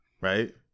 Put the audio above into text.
right